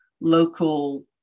local